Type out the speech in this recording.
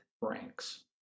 ranks